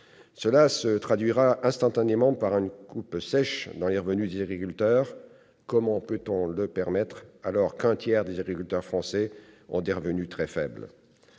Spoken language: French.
Cela se traduira instantanément par une coupe sèche dans les revenus des agriculteurs. Comment peut-on le permettre, alors qu'un tiers des agriculteurs français ont des revenus très faibles ?